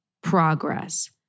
progress